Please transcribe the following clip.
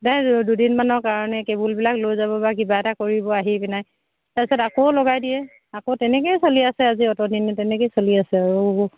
দুদিনমানৰ কাৰণে কেবুলবিলাক লৈ যাব বা কিবা এটা কৰিব আহি পিনাই তাৰপিছত আকৌ লগাই দিয়ে আকৌ তেনেকেই চলি আছে আজি অ'তদিনে তেনেকেই চলি আছে আৰু